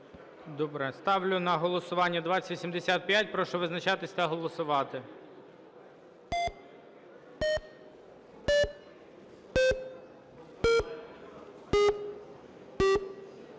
Дякую. Ставлю на голосування 2096. Прошу визначатись та голосувати.